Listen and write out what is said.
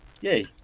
Yay